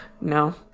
No